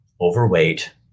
overweight